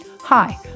Hi